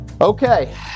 Okay